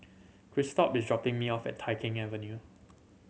Christop is dropping me off at Tai Keng Avenue